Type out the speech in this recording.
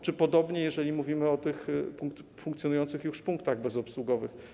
Jest podobnie, jeżeli mówimy o funkcjonujących już punktach bezobsługowych.